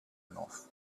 enough